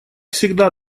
всегда